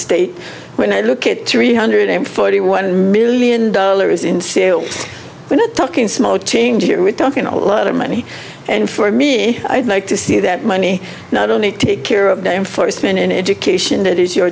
state when i look at three hundred forty one million dollars in we're not talking small change here we're talking a lot of money and for me i'd like to see that money not only take care of the enforcement in education that is your